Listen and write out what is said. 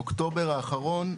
אוקטובר האחרון,